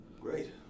Great